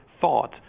thought